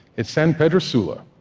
it's san pedro sula,